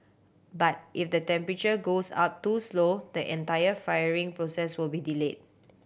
but if the temperature goes up too slow the entire firing process will be delayed